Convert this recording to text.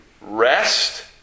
rest